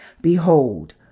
behold